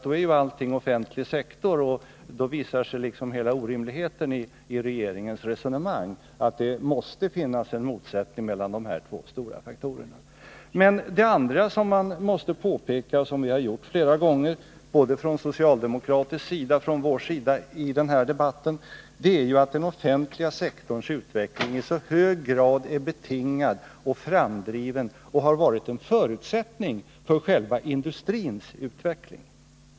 Då är allt offentlig sektor, och då visar sig hela orimligheten i regeringens resonemang att det måste finnas en motsättning mellan dessa två stora faktorer. 81 Det andra som man måste påpeka, vilket både socialdemokraterna och vi flera gånger har gjort i denna debatt, är att den offentliga sektorns utveckling i så hög grad är betingad och framdriven av och har varit en förutsättning för industrins utveckling.